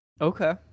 okay